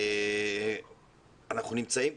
אנחנו נמצאים,